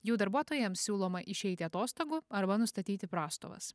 jų darbuotojams siūloma išeiti atostogų arba nustatyti prastovas